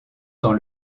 dans